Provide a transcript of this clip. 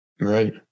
Right